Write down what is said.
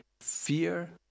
fear